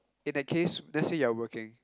in that case let's say you are working